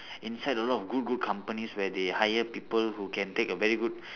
inside a lot of good good companies where they hire people who can take a very good